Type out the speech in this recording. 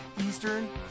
Eastern